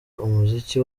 umuziki